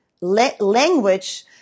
language